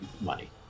money